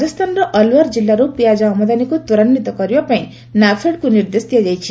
ରାଜସ୍ଥାନର ଅଲୱାର ଜିଲ୍ଲାରୁ ପିଆଜ ଆମଦାନୀକୁ ତ୍ୱରାନ୍ୱିତ କରିବା ପାଇଁ ନାଫେଡ଼କୁ ନିର୍ଦ୍ଦେଶ ଦିଆଯାଇଛି